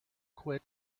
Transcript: quit